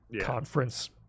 conference